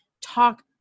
talk